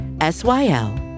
S-Y-L